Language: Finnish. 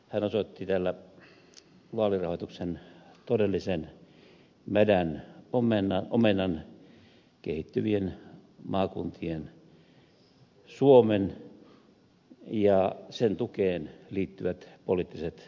hän osoitti täällä vaalirahoituksen todellisen mädän omenan kehittyvien maakuntien suomen ja sen tukeen liittyvät poliittiset vastuut